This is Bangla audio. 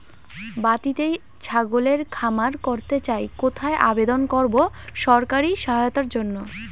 বাতিতেই ছাগলের খামার করতে চাই কোথায় আবেদন করব সরকারি সহায়তার জন্য?